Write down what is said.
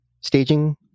Staging